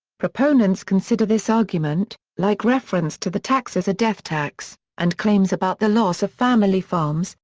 proponents consider this argument, like reference to the tax as a death tax and claims about the loss of family farms,